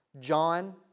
John